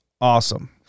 awesome